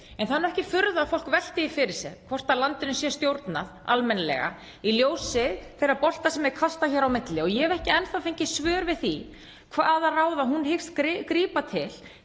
En það er ekki furða að fólk velti því fyrir sér hvort landinu sé stjórnað almennilega í ljósi þeirra bolta sem er kastað hér á milli og ég hef ekki enn þá fengið svör við því hvaða ráða hún hyggst grípa til